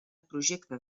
projecte